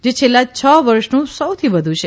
જે છેલ્લા છ વર્ષનું સૌથી વધુ છે